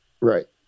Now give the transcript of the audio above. Right